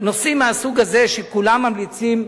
נושאים מהסוג הזה, שכולם ממליצים.